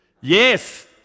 Yes